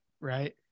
right